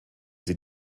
sie